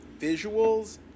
Visuals